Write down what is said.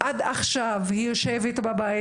עד עכשיו היא יושבת בבית,